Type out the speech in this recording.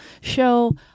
show